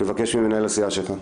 תבקש ממנהל הסיעה שלך.